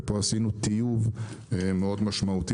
ופה עשינו טיוב משמעותי מאוד,